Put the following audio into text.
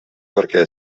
perquè